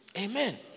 Amen